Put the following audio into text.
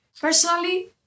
Personally